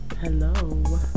Hello